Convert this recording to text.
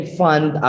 fund